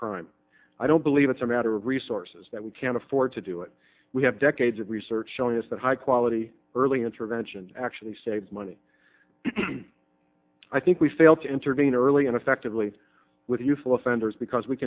crime i don't believe it's a matter of resources that we can't afford to do it we have decades of research showing us that high quality early intervention actually saves money i think we fail to intervene early and effectively with